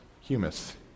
humus